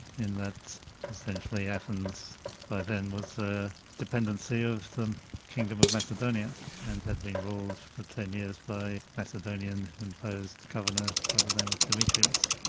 in that essentially athens by then was a dependency of the kingdom of macedonia and had been ruled for ten years by a macedonian imposed governor by the name of demetrius.